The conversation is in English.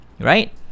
right